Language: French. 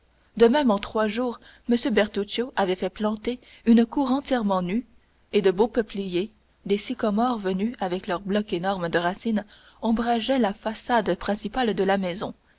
de même en trois jours m bertuccio avait fait planter une cour entièrement nue et de beaux peupliers des sycomores venus avec leurs blocs énormes de racines ombrageaient la façade principale de la maison